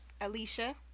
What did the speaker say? Alicia